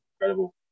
incredible